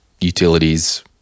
utilities